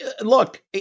look